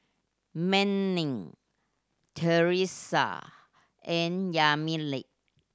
Manning Theresa and Yamilet